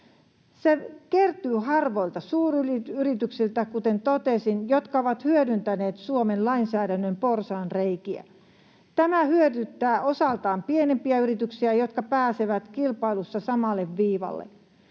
Se kertyy harvoilta suuryrityksiltä, kuten totesin, jotka ovat hyödyntäneet Suomen lainsäädännön porsaanreikiä. Tämä hyödyttää osaltaan pienempiä yrityksiä, jotka pääsevät kilpailussa samalle viivalle.